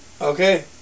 Okay